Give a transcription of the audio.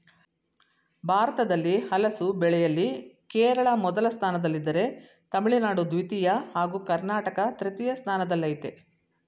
ಭಾರತದಲ್ಲಿ ಹಲಸು ಬೆಳೆಯಲ್ಲಿ ಕೇರಳ ಮೊದಲ ಸ್ಥಾನದಲ್ಲಿದ್ದರೆ ತಮಿಳುನಾಡು ದ್ವಿತೀಯ ಹಾಗೂ ಕರ್ನಾಟಕ ತೃತೀಯ ಸ್ಥಾನದಲ್ಲಯ್ತೆ